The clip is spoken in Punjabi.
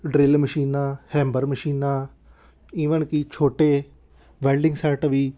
ਡਰਿੱਲ ਮਸ਼ੀਨਾਂ ਹੈਂਬਰ ਮਸ਼ੀਨਾਂ ਈਵਨ ਕਿ ਛੋਟੇ ਬੈਲਡਿੰਗ ਸੈੱਟ ਵੀ